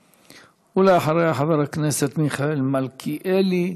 ואחריה, חבר הכנסת מיכאל מלכיאלי,